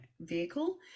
vehicle